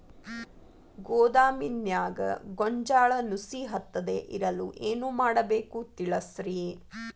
ಗೋದಾಮಿನ್ಯಾಗ ಗೋಂಜಾಳ ನುಸಿ ಹತ್ತದೇ ಇರಲು ಏನು ಮಾಡಬೇಕು ತಿಳಸ್ರಿ